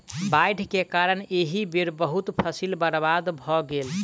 बाइढ़ के कारण एहि बेर बहुत फसील बर्बाद भअ गेल